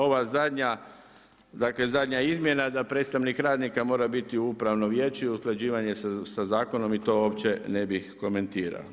Ova zadnja, dakle, zadnja izmjena da predstavnik radnika mora biti u upravnom vijeću i usklađivanje sa zakonom, to uopće ne bih komentirao.